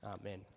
Amen